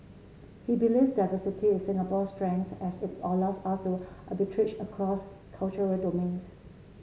he believes diversity is Singapore's strength as it allows us to arbitrage across cultural domains